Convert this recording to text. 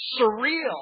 surreal